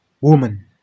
woman